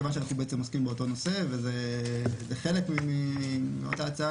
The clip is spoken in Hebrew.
מכיוון שאנחנו בעצם עוסקים באותו נושא וזה חלק מאותה הצעה,